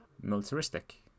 militaristic